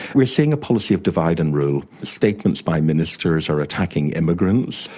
we're seeing a policy of divide and rule. statements by ministers are attacking immigrants,